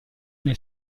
nel